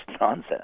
nonsense